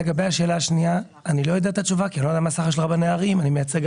ראש אבות בתי דין שאינו מכהן כרב של עיר מקבל 39,429 שקל.